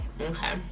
okay